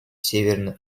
северной